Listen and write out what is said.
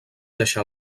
deixà